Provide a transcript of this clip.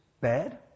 bad